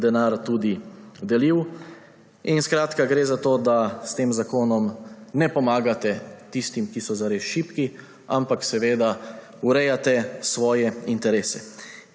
denar tudi delil. Gre za to, da s tem zakonom ne pomagate tistim, ki so zares šibki, ampak seveda urejate svoje interese.